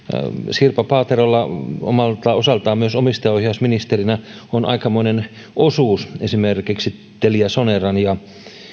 sirpa paaterolla omalta osaltaan myös omistajaohjausministerinä on aikamoinen osuus esimerkiksi teliasoneran ja